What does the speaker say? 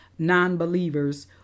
nonbelievers